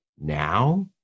now